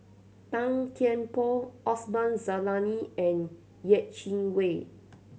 Tan Kian Por Osman Zailani and Yeh Chi Wei